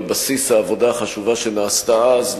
על בסיס העבודה החשובה שנעשתה אז,